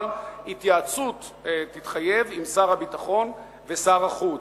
אבל תתחייב התייעצות עם שר הביטחון ושר החוץ.